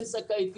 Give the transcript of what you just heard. כן זכאית,